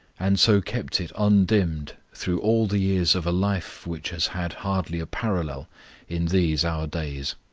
and so kept it undimmed through all the years of a life which has had hardly a parallel in these our days.